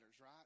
right